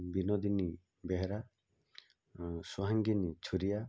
Binodini Behera Suhangini Chhuria